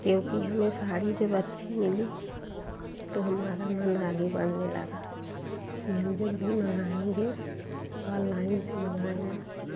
क्योकि हमें साड़ी जब अच्छी मिली तो हमारा मन आगे बढ़ने लगा कि हम जब भी मंगाएँगे ऑललाइन से मंगाएँगे